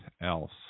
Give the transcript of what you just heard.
else